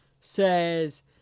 says